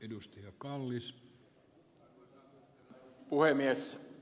arvoisa herra puhemies